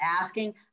asking